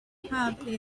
have